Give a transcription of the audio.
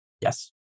Yes